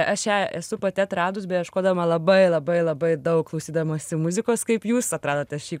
aš ją esu pati atradus beieškodama labai labai labai daug klausydamasi muzikos kaip jūs atradote šį